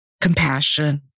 compassion